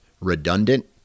redundant